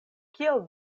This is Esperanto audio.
kiel